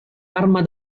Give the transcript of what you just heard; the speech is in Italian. arma